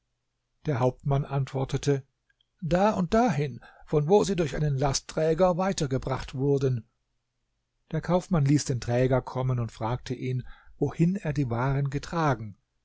der hauptmann antwortete da und da hin von wo sie durch einen lastträger weitergebracht wurden der kaufmann ließ den träger kommen und fragte ihn wohin er die waren getragen